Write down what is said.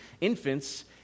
infants